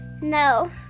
no